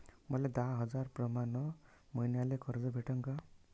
मले दहा हजार प्रमाण मईन्याले कर्ज भेटन का?